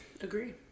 Agree